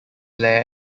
lair